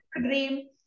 dream